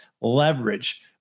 leverage